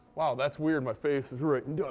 wow, that's weird. my face is right and